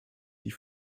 die